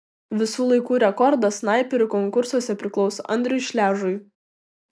visų laikų rekordas snaiperių konkursuose priklauso andriui šležui